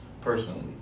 personally